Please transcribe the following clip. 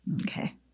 Okay